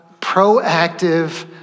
proactive